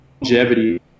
longevity